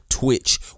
Twitch